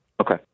Okay